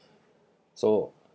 so